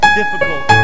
difficult